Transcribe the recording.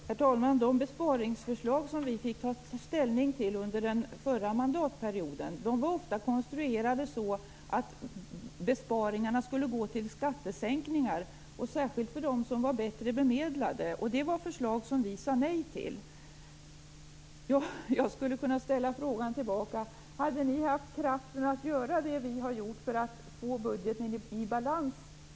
Herr talman! De besparingsförslag som vi fick ta ställning till under den förra mandatperioden var ofta konstruerade så att besparingarna skulle gå till skattesänkningar, och då särskilt för dem som var bättre bemedlade. Det var förslag som vi sade nej till. Jag kan ställa frågan tillbaka: Hade ni haft kraften att göra det vi har gjort för att få budgeten i balans?